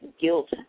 guilt